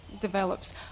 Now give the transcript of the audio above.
develops